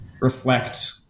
reflect